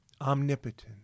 omnipotent